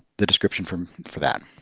the description from for that.